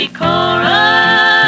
chorus